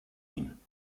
ihn